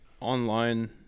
online